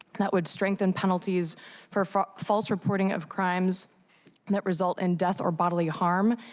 that would strengthen penalties for for false reporting of crimes that result in death or bodily harm,